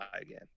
again